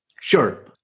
Sure